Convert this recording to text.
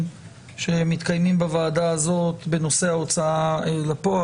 שמתקיימים בוועדה הזאת בנושא ההוצאה לפועל,